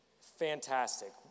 fantastic